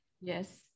yes